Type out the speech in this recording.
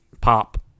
pop